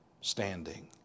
standing